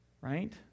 right